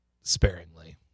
sparingly